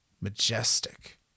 majestic